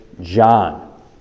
John